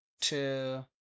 two